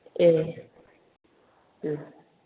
ए